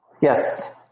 Yes